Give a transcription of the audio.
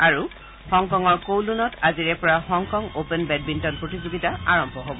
আৰু হংকঙৰ কৌলুনত আজিৰে পৰা হংকং অপেন বেডমিণ্টন প্ৰতিযোগিতা আৰম্ভ হব